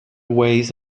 ways